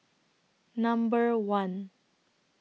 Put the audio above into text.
Number one